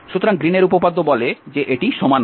সুতরাং গ্রীনের উপপাদ্য বলে যে এটি সমান হবে